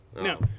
No